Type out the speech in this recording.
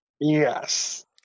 Yes